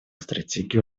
стратегию